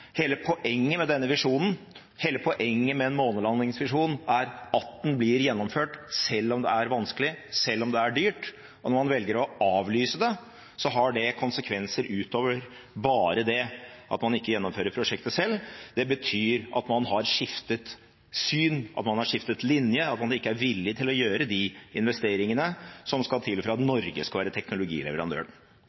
Hele poenget med denne visjonen, hele poenget med en månelandingsvisjon, er at den blir gjennomført selv om det er vanskelig, og selv om det er dyrt. Og når man velger å avlyse det, har det konsekvenser utover bare det at man ikke gjennomfører prosjektet selv – det betyr at man har skiftet syn, at man har skiftet linje, at man ikke er villig til å gjøre de investeringene som skal til for at Norge skal være teknologileverandøren.